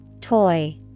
Toy